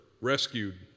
rescued